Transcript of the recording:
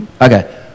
okay